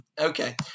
Okay